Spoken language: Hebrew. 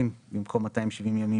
אתה באמת שואל?